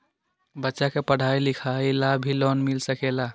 बच्चा के पढ़ाई लिखाई ला भी लोन मिल सकेला?